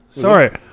Sorry